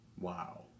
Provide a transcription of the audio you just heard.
Wow